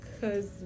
Cause